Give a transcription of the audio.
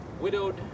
widowed